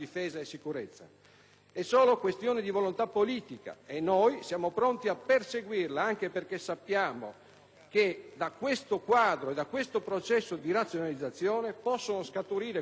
È solo questione di volontà politica e noi siamo pronti a perseguirla, anche perché sappiamo che da questo quadro e da questo processo di razionalizzazione possono scaturire quei miglioramenti